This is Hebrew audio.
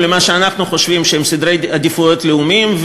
מה שאנחנו חושבים שהם סדרי העדיפויות הלאומיים,